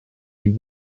die